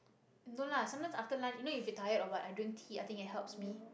no lah sometime after lunch even if you not tired or what I drink tea I think it helps me